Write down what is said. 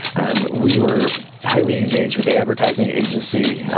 and we were highly engaged with the advertising agency.